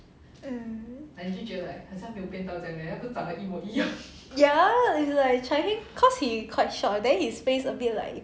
oh ya is like chye heng cause he quite short then his face a bit like